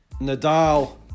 Nadal